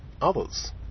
others